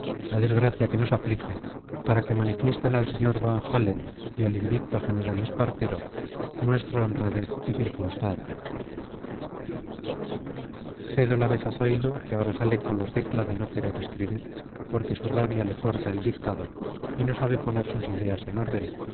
la desgracia que nos aflige para que manifiesten al señor van-halen y al invicto general espartero nuestra honradez y circunstancias cedo la vez a zoilo que ahora sale con la tecla de no querer escribir porque su rabia le corta el dictado y no sabe poner sus ideas en orden